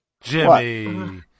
Jimmy